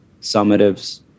summatives